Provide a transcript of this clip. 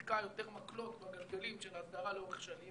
מי יתקע יותר מקלות בגלגלים של ההסדרה לאורך שנים.